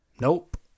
Nope